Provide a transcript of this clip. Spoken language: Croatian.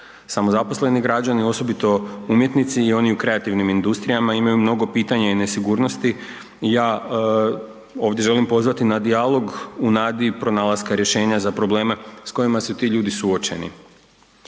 Samozaposleni građani osobito umjetnici i oni u kreativnim industrijama imaju mnogo pitanja i nesigurnosti, ja ovdje želim pozvati na dijalog u nadi pronalaska rješenja za probleme s kojima su ti ljudi suočeni.